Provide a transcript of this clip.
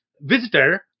visitor